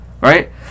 right